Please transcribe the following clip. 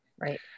Right